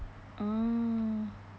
oh